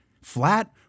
flat